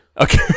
Okay